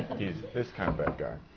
he's this kind of bad guy.